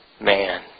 man